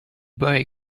boy